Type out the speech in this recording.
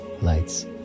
lights